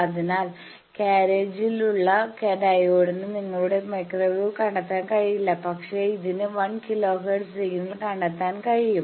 അതിനാൽ ക്യാരിയേജ്ലുള്ള ഡയോഡിന് നിങ്ങളുടെ മൈക്രോവേവ് കണ്ടെത്താൻ കഴിയില്ല പക്ഷേ ഇതിന് 1 കിലോ ഹെർട്സ് സിഗ്നൽ കണ്ടെത്താൻ കഴിയും